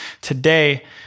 Today